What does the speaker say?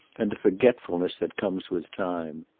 and the forgetfulness that comes with time.